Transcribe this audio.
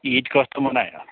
इद कस्तो मनायो